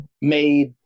made